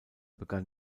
begann